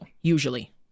usually